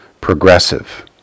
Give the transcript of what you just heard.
Progressive